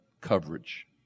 coverage